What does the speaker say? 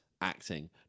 acting